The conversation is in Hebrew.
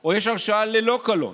או יש הרשעה ללא קלון,